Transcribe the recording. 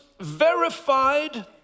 verified